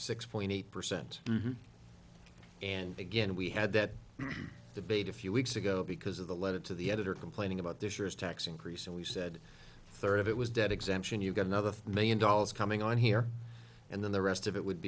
six point eight percent and again we had that debate a few weeks ago because of the letter to the editor complaining about this year's tax increase and we said third of it was dead exemption you got another million dollars coming on here and then the rest of it would